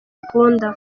akunda